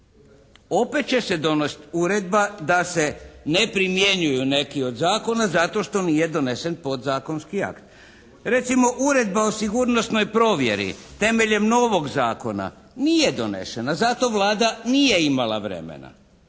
Opet će se donositi uredba da se ne primjenjuju neki od zakona zato jer nije donesen podzakonski akti. Recimo Uredba o sigurnosnoj provjeri temeljem novog zakona nije donešena. Zato Vlada nije imala vremena.